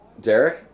Derek